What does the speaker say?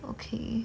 okay